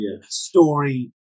story